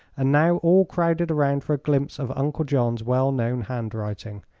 and now all crowded around for a glimpse of uncle john's well-known handwriting.